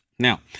Now